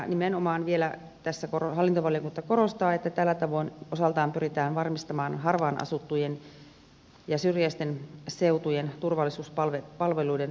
nimenomaan tässä vielä hallintovaliokunta korostaa että tällä tavoin osaltaan pyritään varmistamaan harvaan asuttujen ja syrjäisten seutujen turvallisuuspalveluiden saatavuutta